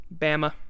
Bama